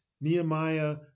Nehemiah